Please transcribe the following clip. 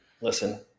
Listen